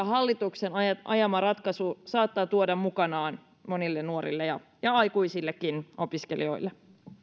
hallituksen ajama ratkaisu saattaa tuoda mukanaan monille nuorille ja ja aikuisillekin opiskelijoille